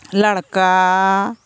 ᱞᱟᱲᱠᱟ